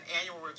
annual